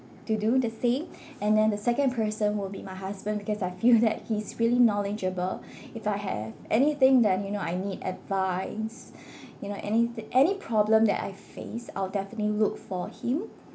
to do the same and then the second person will be my husband because I feel that he's really knowledgeable if I have anything that you know I need advice you know any any problem that I face I'll definitely look for him